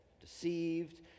deceived